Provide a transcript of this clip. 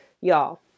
y'all